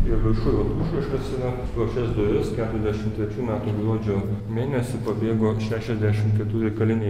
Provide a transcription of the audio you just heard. ir viršuj vat užrašas yra pro šias duris keturiasdešimt trečių metų gruodžio mėnesį pabėgo šešiasdešimt keturi kaliniai